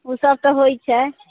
ओ सभ तऽ होइत छै